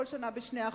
כל שנה ב-2%.